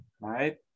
right